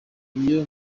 iyo